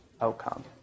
outcome